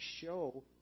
show